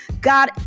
God